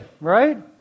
right